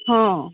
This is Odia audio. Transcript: ହଁ